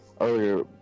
earlier